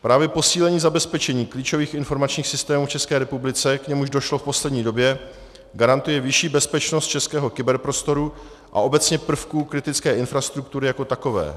Právě posílení zabezpečení klíčových informačních systémů v České republice, k němuž došlo v poslední době, garantuje vyšší bezpečnost českého kyberprostoru a obecně prvků kritické infrastruktury jako takové.